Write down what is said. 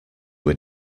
were